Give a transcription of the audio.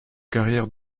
carrière